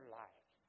life